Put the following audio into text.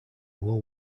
will